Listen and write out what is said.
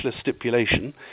stipulation